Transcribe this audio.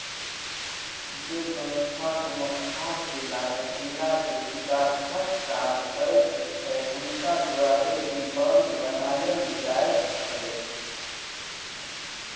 जे संस्था कुनु खास जिला में जिला के विकासक काज करैत छै हुनका द्वारे ई बांड बनायल जाइत छै